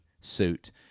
suit